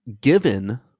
given